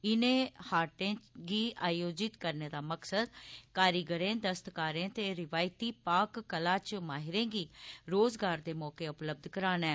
इनें हारें गी आयोजित करने दा मकसद कारीगरें दस्तकारें ते रिवायती पाक कला दे माहिरें गी रोजगार दे मौके उपलब्ध कराना ऐ